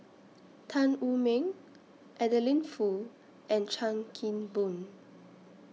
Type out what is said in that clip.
Tan Wu Meng Adeline Foo and Chan Kim Boon